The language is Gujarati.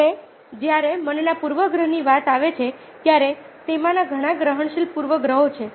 અને જ્યારે મનના પૂર્વગ્રહની વાત આવે છે ત્યારે તેમાંના ઘણા ગ્રહણશીલ પૂર્વગ્રહો છે